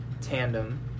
tandem